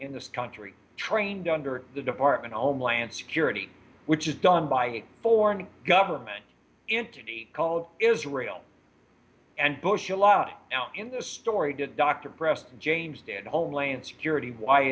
in this country trained under the department of homeland security which is done by a foreign government entity called israel and bush a lot in the story did dr preston james did homeland security why